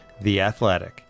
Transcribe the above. theathletic